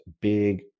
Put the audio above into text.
big